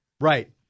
right